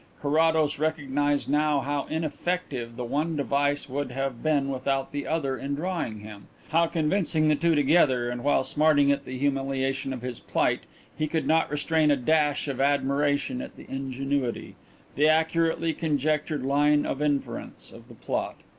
carrados recognized now how ineffective the one device would have been without the other in drawing him how convincing the two together and while smarting at the humiliation of his plight he could not restrain a dash of admiration at the ingenuity the accurately conjectured line of inference of the plot.